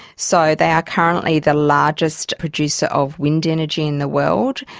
so they are currently the largest producer of wind energy in the world,